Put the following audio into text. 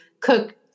cook